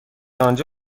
آنجا